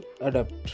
adapt